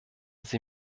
sie